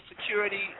security